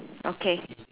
okay